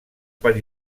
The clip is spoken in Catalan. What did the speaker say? per